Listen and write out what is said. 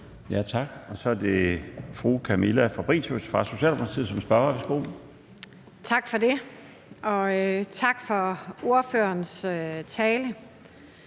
Tak for det, og tak for ordførerens tale.